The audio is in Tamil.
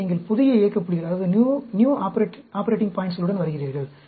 எனவே நீங்கள் புதிய இயக்க புள்ளிகளுடன் வருகிறீர்கள்